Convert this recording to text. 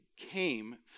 came